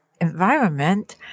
environment